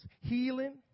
Healing